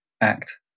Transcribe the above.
act